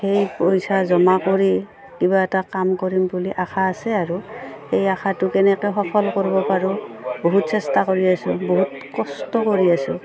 সেই পইচা জমা কৰি কিবা এটা কাম কৰিম বুলি আশা আছে আৰু সেই আশাটো কেনেকে সফল কৰিব পাৰোঁ বহুত চেষ্টা কৰি আছোঁ বহুত কষ্ট কৰি আছোঁ